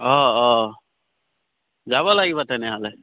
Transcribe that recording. অঁ অঁ যাব লাগিব তেনেহ'লে